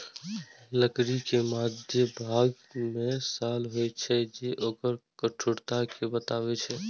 लकड़ी के मध्यभाग मे साल होइ छै, जे ओकर कठोरता कें बतबै छै